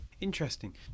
Interesting